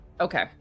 Okay